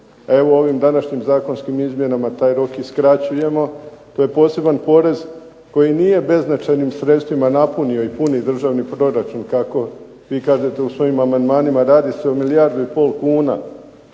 evo ovim današnjim zakonskim izmjenama taj rok i skraćujemo. To je poseban porez koji nije beznačajnim sredstvima napunio i puni državni proračun kako vi kažete u svojim amandmanima. Radi se o milijardu i pol kuna.